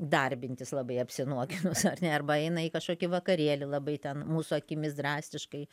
darbintis labai apsinuoginus ar ne arba eina į kažkokį vakarėlį labai ten mūsų akimis drastiškai